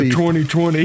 2020